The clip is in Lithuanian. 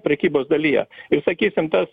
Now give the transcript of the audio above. prekybos dalyje ir sakysim tas